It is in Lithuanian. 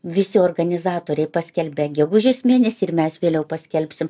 visi organizatoriai paskelbė gegužės mėnesį ir mes vėliau paskelbsim